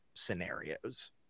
Scenarios